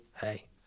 hey